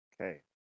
Okay